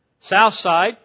Southside